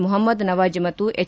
ಮೊಹಮ್ನದ್ ನವಾಜ್ ಮತ್ತು ಎಚ್